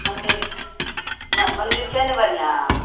मन्दिर ओतऽ कहलहुँ जे ठीक छै ने मन्दिर छै ने बढ़िआँ